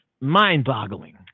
mind-boggling